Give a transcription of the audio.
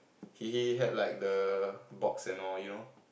he he had like the box and all you know